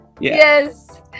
Yes